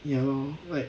ya lor like